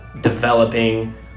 developing